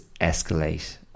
escalate